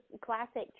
classic